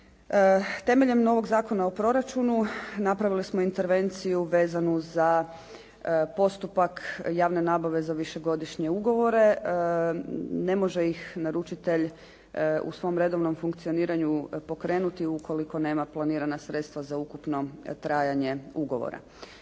Temeljem novog Zakona o proračunu napravili smo intervenciju vezanu za postupak javne nabave za višegodišnje ugovore. Ne može ih naručitelj u svom redovnom funkcioniranju pokrenuti ukoliko nema planirana sredstva za ukupno trajanje ugovora.